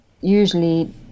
usually